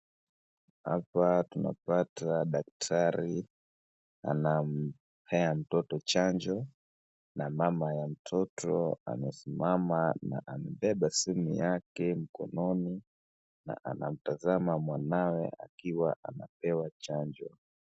Hapa tunapata daktari anampea mtoto chanjo na mama ya mtoto amesimama amebeba simu yake mkononi na anamtazama mwanawe akiwa anapewa chanjo.